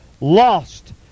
lost